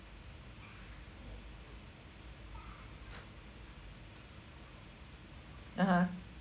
(uh huh)